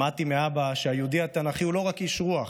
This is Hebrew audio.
למדתי מאבא שהיהודי התנ"כי הוא לא רק איש רוח